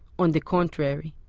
on the contrary.